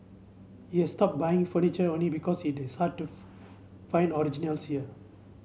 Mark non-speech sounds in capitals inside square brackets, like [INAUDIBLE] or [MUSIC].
he has stopped buying furniture only because it is hard to [UNINTELLIGIBLE] find originals here